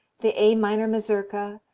the a minor mazurka,